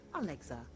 Alexa